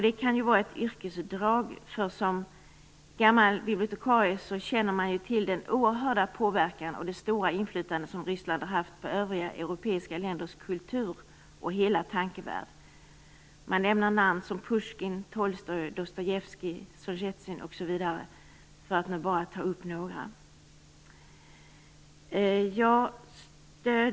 Det kan ju vara ett yrkesdrag - som gammal bibliotekarie känner jag till den oerhörda påverkan och det stora inflytande som Ryssland har haft på övriga europeiska länders kultur och hela tankevärld. Jag tänker på Pusjkin, Tolstoj, Dostojevskij, Solsjenitsyn, osv. för att bara nämna några namn.